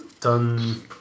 done